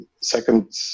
Second